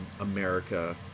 America